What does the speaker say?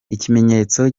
ikimenyetso